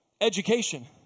education